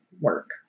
work